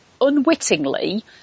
unwittingly